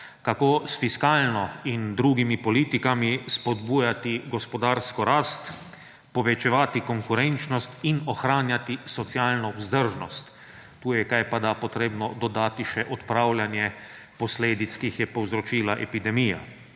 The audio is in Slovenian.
kako s fiskalno in drugimi politikami spodbujati gospodarsko rast, povečevati konkurenčnost in ohranjati socialno vzdržnost. Tu je kajpada potrebno dodati še odpravljanje posledic, ki jih je povzročila epidemija.